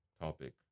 topic